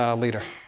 um leader.